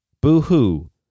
Boo-hoo